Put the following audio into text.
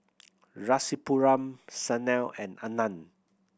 Rasipuram Sanal and Anand